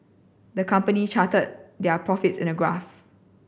the company charted their profits in a graph